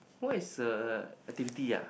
what is a activity ah